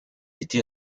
été